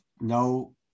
no